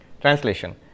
translation